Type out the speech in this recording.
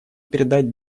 передать